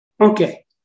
Okay